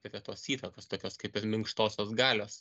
prie tos įtakos tokios kaip ir minkštosios galios